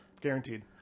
Guaranteed